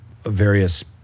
various